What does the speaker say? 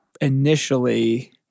initially